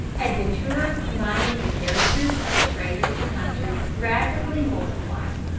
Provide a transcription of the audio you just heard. adventurers combining the characters of traders and hunters rapidly multiplied.